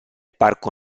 parco